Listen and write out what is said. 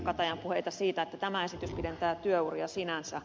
katajan puheita siitä että tämä esitys pidentää työuria sinänsä